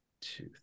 two